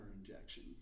injection